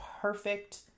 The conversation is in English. perfect